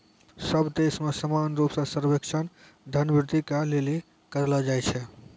सब देश मे समान रूप से सर्वेक्षण धन वृद्धि के लिली करलो जाय छै